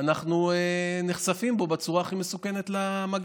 אנחנו נחשפים בו בצורה הכי מסוכנת למגפה.